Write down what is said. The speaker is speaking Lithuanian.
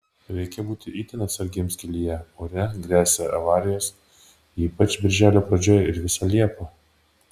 reikia būti itin atsargiems kelyje ore gresia avarijos ypač birželio pradžioje ir visą liepą